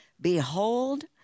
Behold